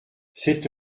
sept